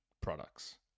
products